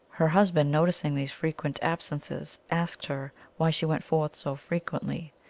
her husband, noticing these frequent absences, asked her why she went forth so frequently.